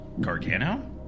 Gargano